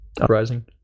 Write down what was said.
uprising